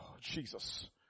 Jesus